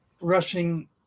rushing